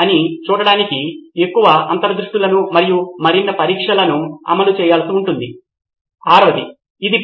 professor ఆపై మీరు దాని పైన వ్యక్తిగతీకరించవచ్చు మరియు మీరు కాకపోతే దాన్ని కూడా పంచుకోకుండా ఉండటానికి మీకు ఒక ఎంపిక ఉండవచ్చు